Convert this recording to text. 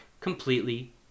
completely